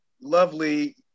lovely